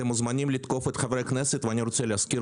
אתם מוזמנים לתקוף את חברי הכנסת ואני רוצה להזכיר